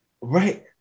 Right